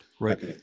Right